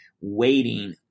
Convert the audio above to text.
waiting